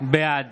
בעד